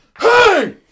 Hey